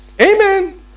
Amen